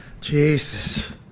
Jesus